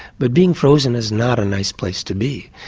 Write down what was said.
but being frozen is not a nice place to be,